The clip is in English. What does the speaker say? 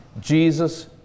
Jesus